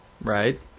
Right